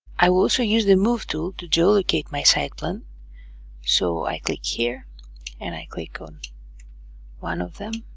i will also use the move tool to geolocate my site plan so i click here and i click on one of them